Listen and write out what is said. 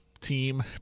team